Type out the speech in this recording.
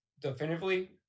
definitively